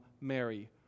Mary